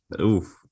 Oof